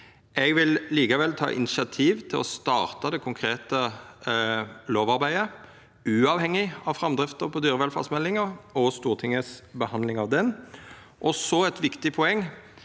Eg vil likevel ta initiativ til å starta det konkrete lovarbeidet, uavhengig av framdrifta på dyrevelferdsmeldinga og Stortinget si behandling av ho. Og så eit viktig poeng: